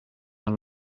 your